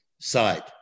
side